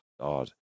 God